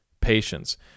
patience